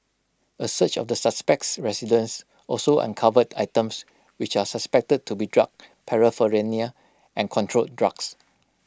A search of the suspect's residence also uncovered items which are suspected to be drug paraphernalia and controlled drugs